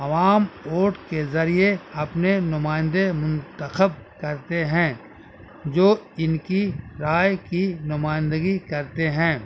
عوام ووٹ کے ذریعے اپنے نمائندے منتخب کرتے ہیں جو ان کی رائے کی نمائندگی کرتے ہیں